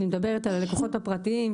אני מדברת על הלקוחות הפרטיים,